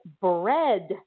bread